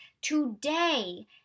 Today